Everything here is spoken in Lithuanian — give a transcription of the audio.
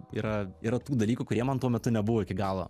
yra yra tų dalykų kurie man tuo metu nebuvo iki galo